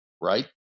right